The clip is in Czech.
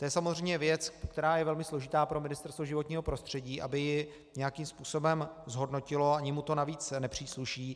To je samozřejmě věc, která je velmi složitá pro Ministerstvo životního prostředí, aby ji nějakým způsobem zhodnotilo, ani mu to navíc nepřísluší.